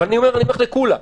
אני הולך לקולא,